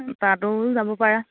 তাতো যাব পাৰা